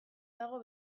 dago